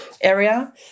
area